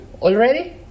already